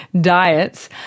diets